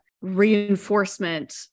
reinforcement